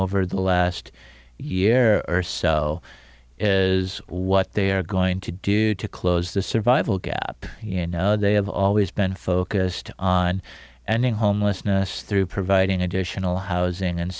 over the last year or so is what they are going to do to close the survival gap you know they have always been focused on and in homelessness through providing additional housing and